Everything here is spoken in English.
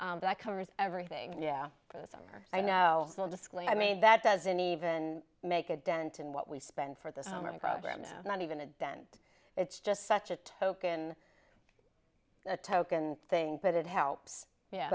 fee that covers everything yeah for the summer i know i made that doesn't even make a dent in what we spend for the summer programs not even a dent it's just such a token a token thing but it helps yeah